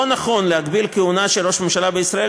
לא נכון להגביל כהונה של ראש ממשלה בישראל,